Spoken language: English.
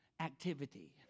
activity